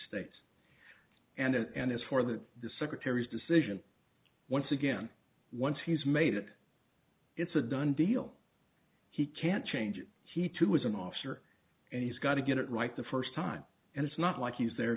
states and as for that the secretary's decision once again once he's made it it's a done deal he can't change it he too was an officer and he's got to get it right the first time and it's not like he's the